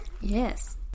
Yes